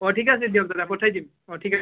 অঁ ঠিক আছে দিয়ক দাদা পঠাই দিম অঁ ঠিক আছে